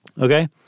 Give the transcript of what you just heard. Okay